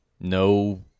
no